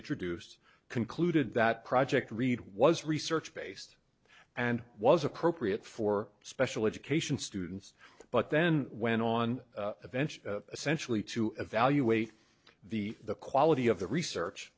introduced concluded that project read was research based and was appropriate for special education students but then went on a venture essentially to evaluate the quality of the research